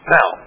Now